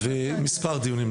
מספר דיונים.